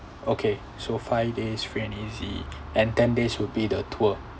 okay so five days free and easy and ten days would be the tour